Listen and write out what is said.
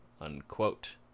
unquote